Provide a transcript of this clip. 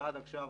ועד עכשיו,